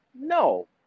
No